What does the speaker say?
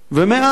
ומאז